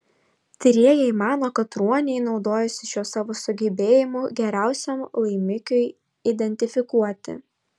tyrėjai mano kad ruoniai naudojasi šiuo savo sugebėjimu geriausiam laimikiui identifikuoti